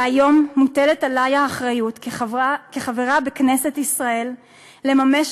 והיום מוטלת עלי האחריות כחברה בכנסת ישראל לממש